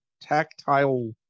tactile